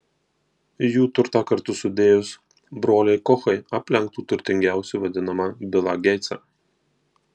jų turtą kartu sudėjus broliai kochai aplenktų turtingiausiu vadinamą bilą geitsą